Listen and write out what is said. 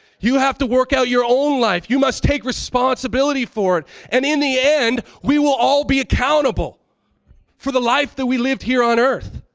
you have to work out your own life. you must take responsibility for it. and in the end, we will all be accountable for the life that we lived here on earth.